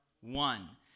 one